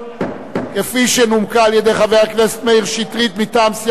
כפי שנומקה על-ידי חבר הכנסת מאיר שטרית מטעם סיעת קדימה,